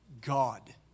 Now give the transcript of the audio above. God